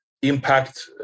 impact